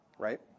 Right